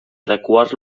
adequar